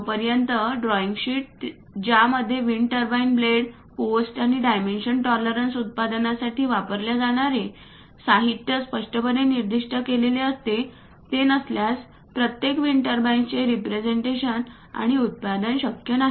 जोपर्यंत drawing sheet ज्या मध्ये विंड टर्बाईन ब्लेड पोस्ट आणि डायमेन्शन टॉलरन्स उत्पादनासाठी वापरल्या जाणारे साहित्य स्पष्टपणे निर्दिष्ट केलेले असते ते नसल्यास प्रत्येक विंड टर्बाइन्सचे रीप्रेझेन्टेशन आणि उत्पादन शक्य नाही